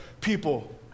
people